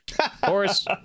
Horace